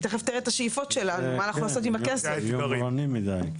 זה יומרני מידי.